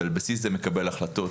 ועל בסיס זה מקבל החלטות.